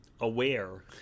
aware